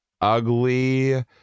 ugly